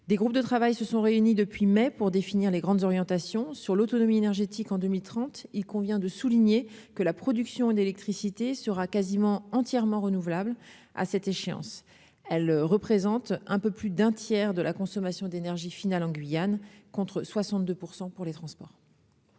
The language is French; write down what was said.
des groupes de travail se sont réunis depuis mai pour définir les grandes orientations sur l'autonomie énergétique en 2030, il convient de souligner que la production d'électricité sera quasiment entièrement renouvelables à cette échéance, elle représente un peu plus d'un tiers de la consommation d'énergie finale en Guyane contre 62 % pour les transports.